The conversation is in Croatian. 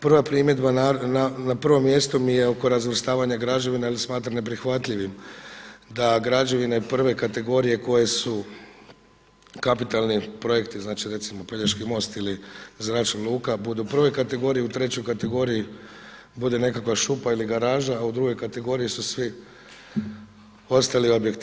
Prva primjedba na prvom mjestu mi je oko razvrstavanja građevina jer smatram neprihvatljivim da građevine prve kategorije koje su kapitalni projekti, znači recimo Pelješki most ili zračna luka budu u prvoj kategoriji, a u trećoj kategoriji bude nekakva šupa ili garaža, a u drugoj kategoriji su svi ostali objekti.